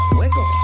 wiggle